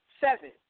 seven